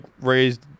raised